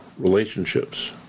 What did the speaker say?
relationships